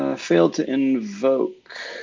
ah failed to invoke,